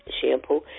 shampoo